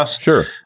Sure